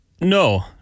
No